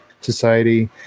society